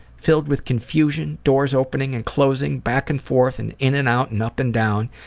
filled with confusion, doors opening and closing, back and forth and in and out and up and down,